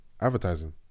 advertising